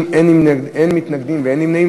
בעד, 30, אין מתנגדים ואין נמנעים.